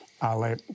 ale